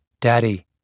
Daddy